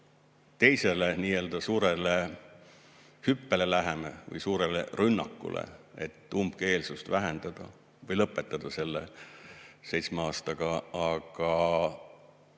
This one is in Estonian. teisele nii-öelda suurele hüppele, suurele rünnakule, et umbkeelsust vähendada või lõpetada see seitsme aastaga. Aga